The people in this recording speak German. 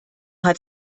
hat